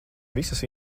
visas